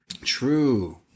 True